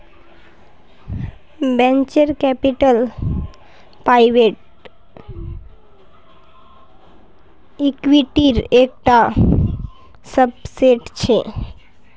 venture capital private इक्विटीर एक टा सबसेट छे